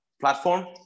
platform